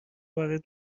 وارد